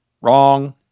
Wrong